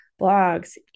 blogs